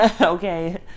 Okay